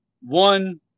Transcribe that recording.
one